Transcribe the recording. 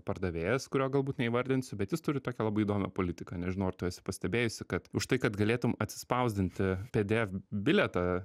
pardavėjas kurio galbūt neįvardinsiu bet jis turi tokią labai įdomią politiką nežinau ar tu esi pastebėjusi kad už tai kad galėtum atsispausdinti pdf bilietą